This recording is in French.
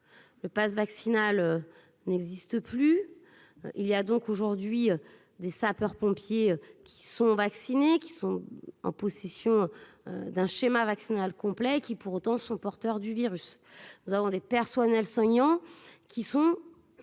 Le Pass vaccinal n'existe plus, il y a donc aujourd'hui des sapeurs-pompiers qui sont vaccinés qui sont en possession d'un schéma vaccinal complet qui pour autant sont porteurs du virus, nous avons des personnels qui sont